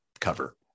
cover